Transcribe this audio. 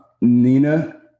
nina